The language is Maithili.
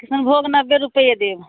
किशनभोग नबे रुपैये देब